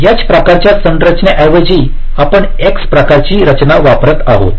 H प्रकाराच्या संरचनेऐवजी आपण X प्रकारची रचना वापरत आहोत